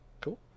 Cool